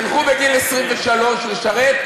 תלכו בגיל 23 לשרת,